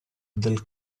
del